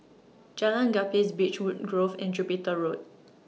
Jalan Gapis Beechwood Grove and Jupiter Road